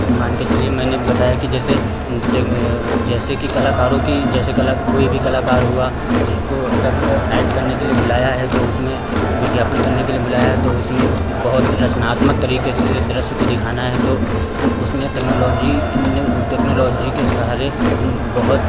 मान के चलिए मैंने बताया कि जैसे टेक जैसे कि कलाकारों की जैसे कला कोई भी कलाकार हुआ उसको अगर ऐड करने के लिए बुलाया है तो उसमें विज्ञापन करने के लिए बुलाया तो उसमें बहुत रचनात्मक तरीके से दृश्य को दिखाना है तो उसमें टेक्नोलॉजी न टेक्नोलॉजी के सहारे बहुत